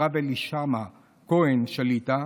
הרב אלישמע כהן שליט"א.